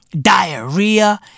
Diarrhea